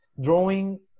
drawing